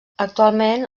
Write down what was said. actualment